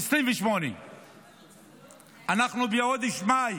2028. אנחנו בחודש מאי